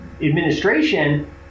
administration